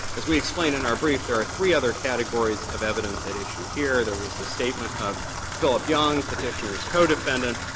as we explained in our brief, there are three other categories of evidence at issue here. there was the statement of phillip young, petitioner's co-defendant,